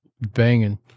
banging